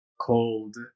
cold